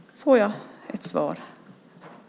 Får jag ett svar?